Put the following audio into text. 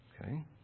Okay